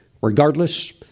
regardless